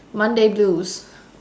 monday blues